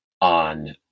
on